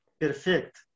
perfect